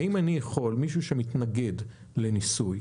האם אני יכול, מישהו שמתנגד לניסוי,